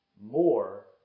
more